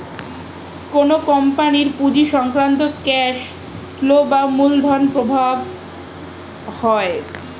কোন কোম্পানির পুঁজি সংক্রান্ত ক্যাশ ফ্লো বা মূলধন প্রবাহ হয়